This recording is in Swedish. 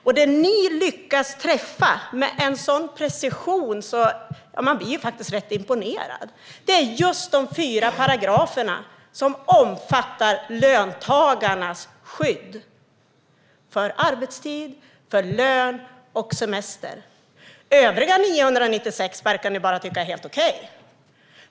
Det som ni lyckas träffa med en så stor precision - man blir faktiskt imponerad - är just de fyra paragrafer som omfattar löntagarnas skydd för arbetstid, för lön och för semester. Övriga 996 paragrafer verkar ni tycka är helt okej.